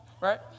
right